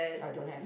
I don't have